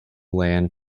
land